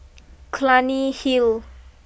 Clunny Hill